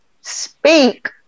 speak